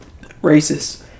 racist